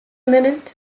minute